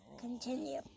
Continue